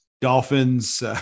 Dolphins